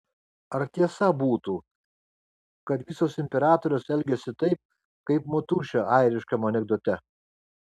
ar tiesa būtų kad visos imperatorės elgiasi taip kaip motušė airiškam anekdote